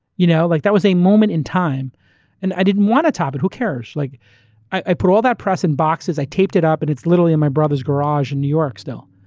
you know like that was a moment in time and i didn't want to top it. who cares? like i put all that press in boxes, i taped it up. and it's literally in my brother's garage in new york still.